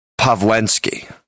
Pavlensky